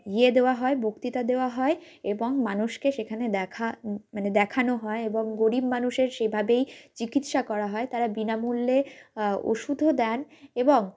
ইয়ে দেওয়া হয় বক্তৃতা দেওয়া হয় এবং মানুষকে সেখানে দেখা মানে দেখানো হয় এবং গরিব মানুষের সেভাবেই চিকিৎসা করা হয় তারা বিনামূল্যে ওষুধও দেন এবং